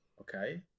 Okay